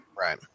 Right